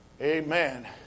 Amen